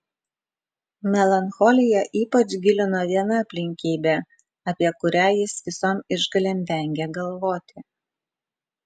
melancholiją ypač gilino viena aplinkybė apie kurią jis visom išgalėm vengė galvoti